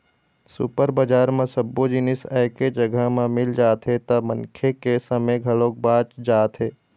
super बजार म सब्बो जिनिस एके जघा म मिल जाथे त मनखे के समे घलोक बाच जाथे